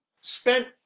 spent